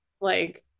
like-